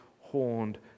horned